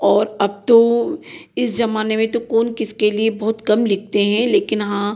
और अब तो इस जमाने में तो कौन किसके लिए बहुत कम लिखते हैं लेकिन हाँ